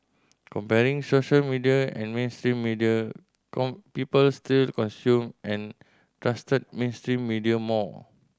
comparing social media and mainstream media people still consumed and trusted mainstream media more